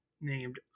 named